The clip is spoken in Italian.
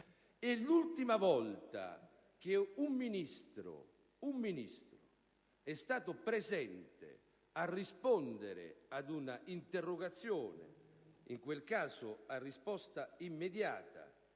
l'ultima volta che un Ministro è stato qui per rispondere ad un'interrogazione, in quel caso a risposta immediata,